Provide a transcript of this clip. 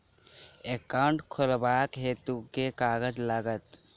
Account खोलाबक हेतु केँ कागज लागत?